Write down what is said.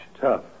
Tough